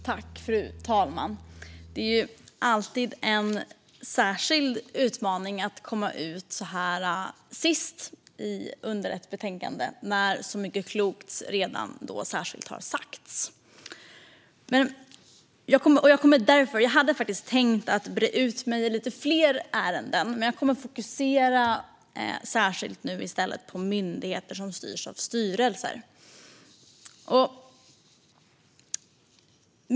Fru talman! Det är alltid en särskild utmaning att vara sist i talarordningen för ett betänkande när så mycket klokt redan har sagts. Jag hade faktiskt tänkt att bre ut mig i flera ärenden, men jag kommer att fokusera särskilt på myndigheter som styrs av styrelser.